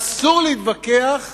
אסור להתווכח